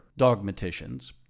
dogmaticians